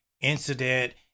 incident